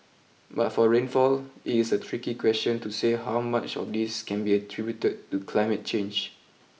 but for rainfall it is a tricky question to say how much of this can be attributed to climate change